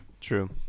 True